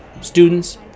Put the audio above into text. students